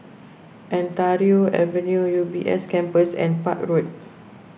Ontario Avenue U B S Campus and Park Road